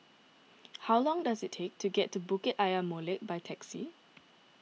how long does it take to get to Bukit Ayer Molek by taxi